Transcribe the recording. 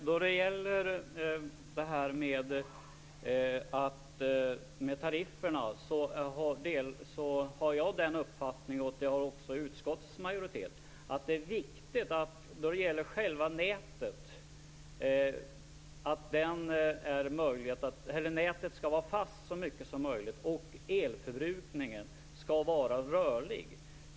Fru talman! Jag har, liksom utskottets majoritet, uppfattningen att det är viktigt att avgiften för själva nätet är fast i så stor utsträckning som möjligt och avgiften för elförbrukningen rörlig.